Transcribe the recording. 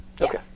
Okay